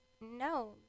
no